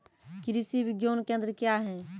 कृषि विज्ञान केंद्र क्या हैं?